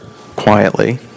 quietly